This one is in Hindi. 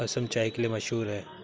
असम चाय के लिए मशहूर है